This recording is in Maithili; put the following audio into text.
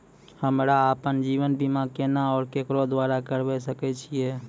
हमरा आपन जीवन बीमा केना और केकरो द्वारा करबै सकै छिये?